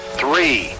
three